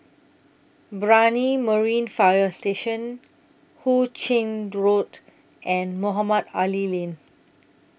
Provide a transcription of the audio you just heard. Brani Marine Fire Station Hu Ching Road and Mohamed Ali Lane